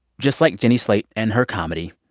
just like jenny slate and her comedy.